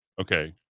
okay